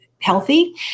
healthy